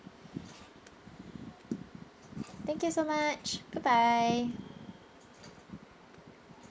thank you so much bye bye